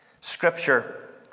Scripture